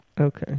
Okay